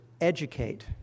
educate